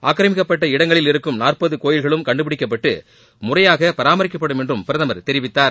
ஆக்கிரமிக்கப்பட்ட இடங்களில் இருக்கும் நாற்பது கோவில்களும் கண்டுபிடிக்கப்பட்டு முறையாக பராமரிக்கப்படும் என்றும் பிரதமர் தெரிவித்தார்